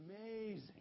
Amazing